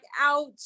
out